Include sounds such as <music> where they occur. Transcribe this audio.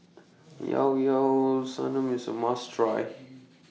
Llao Llao <noise> Sanum IS A must Try